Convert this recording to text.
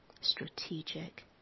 strategic